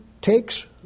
takes